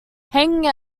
hanging